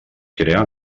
crear